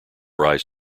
rise